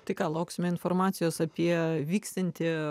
tai ką lauksime informacijos apie vyksiantį